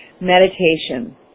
meditation